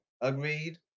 Agreed